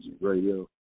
Radio